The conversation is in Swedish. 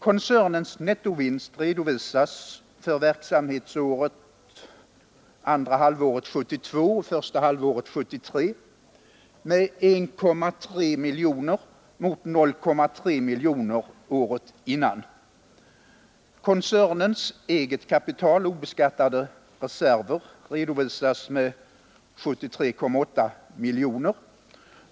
Koncernens nettovinst redovisas för det verksamhetsår som omfattar andra halvåret 1972 och första halvåret 1973 med 1,3 miljoner kronor mot 0,3 miljoner året innan. Koncernens eget kapital och obeskattade reserver redovisas med 73,8 miljoner.